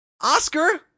Oscar